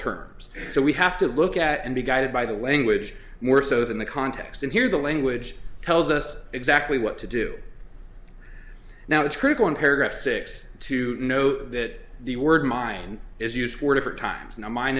terms so we have to look at and be guided by the language more so than the context and here the language tells us exactly what to do now it's critical in paragraph six to know that the word mind is used four different times in a mine